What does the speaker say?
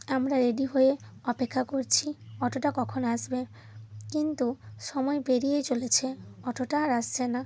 আমরা রেডি হয়ে অপেক্ষা করছি অটোটা কখন আসবে কিন্তু সময় পেরিয়েই চলেছে অটোটা আর আসছে না